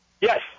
Yes